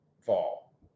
fall